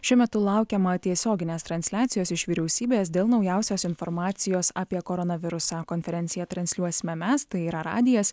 šiuo metu laukiama tiesioginės transliacijos iš vyriausybės dėl naujausios informacijos apie koronavirusą konferenciją transliuosime mes tai yra radijas